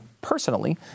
personally